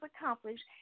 accomplished